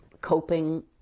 coping